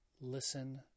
listen